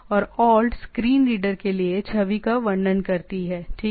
और alt screen reader के लिए छवि का वर्णन करती है ठीक है